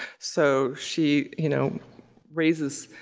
so, she you know raises.